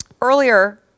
earlier